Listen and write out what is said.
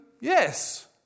yes